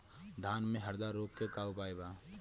धान में हरदा रोग के का उपाय बा?